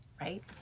right